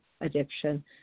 addiction